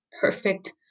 perfect